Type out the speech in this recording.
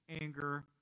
anger